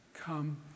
come